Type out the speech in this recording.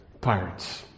Pirates